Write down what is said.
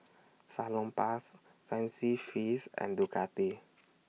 Salonpas Fancy Feast and Ducati